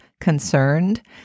concerned